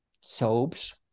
soaps